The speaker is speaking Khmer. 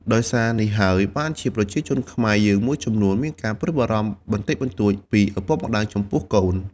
ដោយសារនេះហើយបានជាប្រជានជនខ្មែរយើងមួយចំនួនមានការព្រួយបារម្ភបន្តិចបន្តួចពីឪពុកម្តាយចំពោះកូន ។